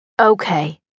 Okay